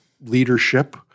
leadership